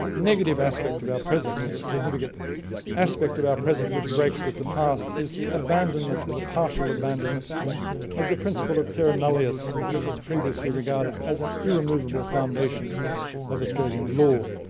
negative aspect of our present, or the significant aspect of our present which breaks with the past, is the abandonment or the partial abandonment of the principle of terra nullius, that was previously regarded as an irremovable foundation of australian law.